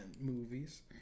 movies